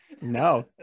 No